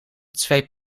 twee